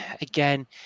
again